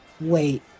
Wait